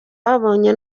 babonye